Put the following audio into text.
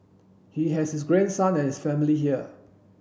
he has his grandson and his family here